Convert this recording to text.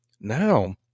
now